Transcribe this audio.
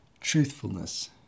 truthfulness